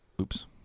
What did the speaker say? Oops